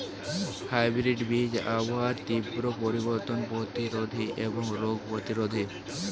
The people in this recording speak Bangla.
হাইব্রিড বীজ আবহাওয়ার তীব্র পরিবর্তন প্রতিরোধী এবং রোগ প্রতিরোধী